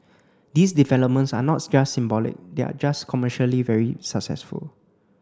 these developments are not just symbolic they are just commercially very successful